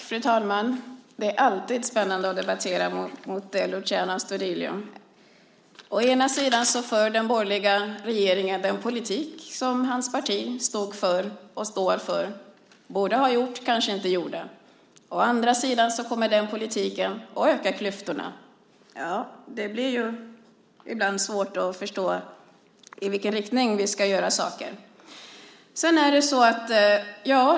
Fru talman! Det är alltid spännande att debattera med dig, Luciano Astudillo. Å ena sidan för den borgerliga regeringen den politik som hans parti stod och står för och borde ha fört men kanske inte förde. Å andra sidan kommer den politiken att öka klyftorna. Det blir ibland svårt att förstå vilken riktning vi ska ha när vi gör saker.